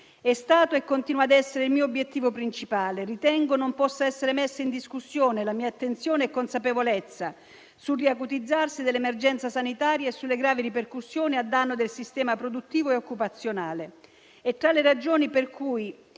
È stato e continua ad essere il mio obiettivo principale. Ritengo non possa essere messa in discussione la mia attenzione e consapevolezza sul riacutizzarsi dell'emergenza sanitaria e sulle gravi ripercussioni a danno del sistema produttivo e occupazionale. È tra le ragioni per cui